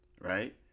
right